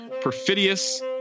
perfidious